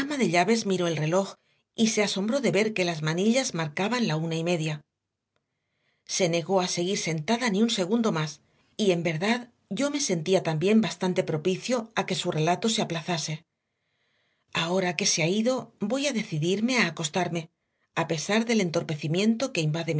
de llaves miró el reloj y se asombró de ver que las manillas marcaban la una y media se negó a seguir sentada ni un segundo más y en verdad yo me sentía también bastante propicio a que su relato se aplazase ahora que se ha ido voy a decidirme a acostarme a pesar del entorpecimiento que invade